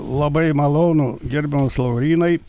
labai malonu gerbiamas laurynai